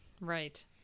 Right